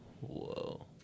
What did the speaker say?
whoa